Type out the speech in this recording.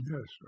Yes